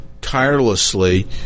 tirelessly